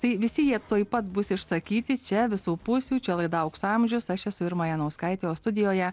tai visi jie tuoj pat bus išsakyti čia visų pusių čia laida aukso amžius aš esu irma janauskaitė o studijoje